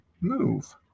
move